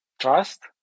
trust